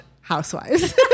Housewives